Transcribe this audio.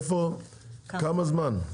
כמה זמן?